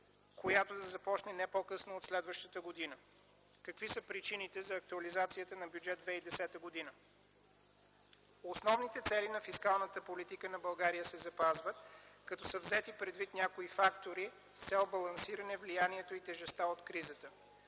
която да започне не по-късно от следващата година. Какви са причините за актуализацията на Бюджет 2010 г.? Основните цели на фискалната политика на България се запазват като са взети предвид някои фактори с цел балансиране влиянието и тежестта от кризата.